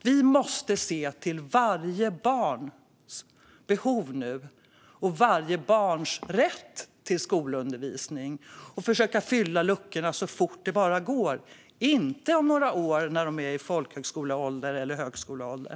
Vi måste se till varje barns behov nu, och till varje barns rätt till skolundervisning. Vi måste försöka fylla luckorna så fort det bara går - inte om några år, när de är i folkhögskole eller högskoleålder.